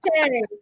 Okay